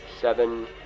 Seven